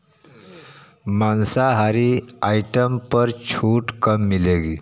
माँसाहारी आइटम पर छूट कब मिलेगी